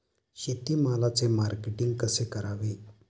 शेतमालाचे मार्केटिंग कसे करावे?